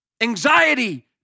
anxiety